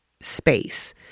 space